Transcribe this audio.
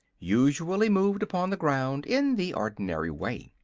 usually moved upon the ground in the ordinary way.